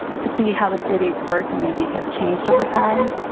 to see how the city's bird community has changed over time,